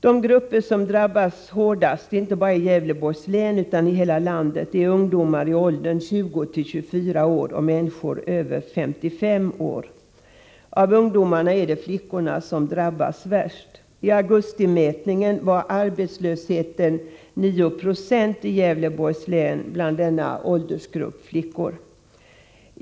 De grupper som drabbas hårdast inte bara i Gävleborgs län utan i hela landet är ungdomar i åldern 20-24 år och människor över 55 år. Och av ungdomarna är det flickorna som drabbas värst. I augustimätningen var arbetslösheten 9 96 i Gävleborgs län bland denna åldersgrupp flickor.